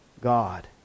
God